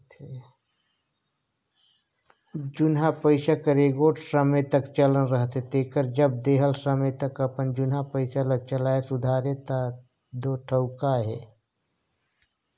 जुनहा पइसा कर एगोट समे तक चलन रहथे तेकर जब देहल समे तक अपन जुनहा पइसा ल चलाए सुधारे ता दो ठउका अहे